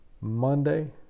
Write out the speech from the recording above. monday